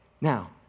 Now